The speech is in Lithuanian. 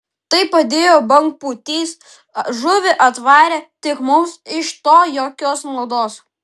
tai padėjo bangpūtys žuvį atvarė tik mums iš to jokios naudos